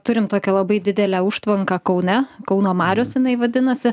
turim tokią labai didelę užtvanką kaune kauno marios jinai vadinasi